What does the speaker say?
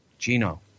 Gino